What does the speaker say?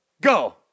go